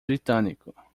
britânico